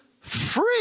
free